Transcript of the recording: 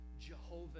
Jehovah